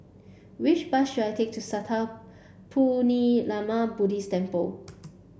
which bus should I take to Sattha Buddhist Temple